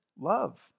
love